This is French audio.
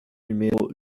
numéro